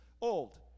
old